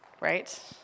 Right